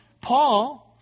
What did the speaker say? Paul